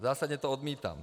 Zásadně to odmítám.